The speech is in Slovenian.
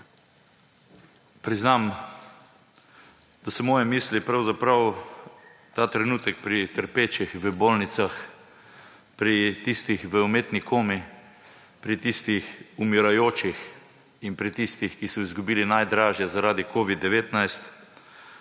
Priznam, da so moje misli pravzaprav ta trenutek pri trpečih v bolnicah, pri tistih v umetni komi, pri tistih umirajočih in pri tistih, ki so izgubili najdražje zaradi covid-19,